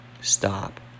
Stop